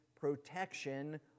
protection